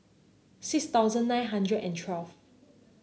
six thousand nine hundred and twelve